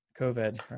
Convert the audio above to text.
COVID